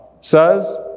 says